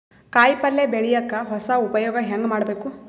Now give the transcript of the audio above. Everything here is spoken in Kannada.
ಕಾಯಿ ಪಲ್ಯ ಬೆಳಿಯಕ ಹೊಸ ಉಪಯೊಗ ಹೆಂಗ ಮಾಡಬೇಕು?